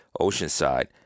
Oceanside